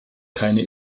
keine